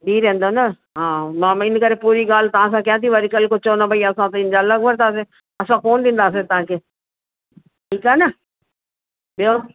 बीह रहंदो न हा मां बि इन ई करे पूरी ॻाल्हि तव्हां सां कया थी वरी कल्ह कुछ चयो न भाई असां भाई इन जा अलॻि वठंदासीं असां कोन्ह ॾींदासीं तव्हांखे ठीकु आहे न ॿियो